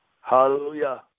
Hallelujah